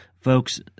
Folks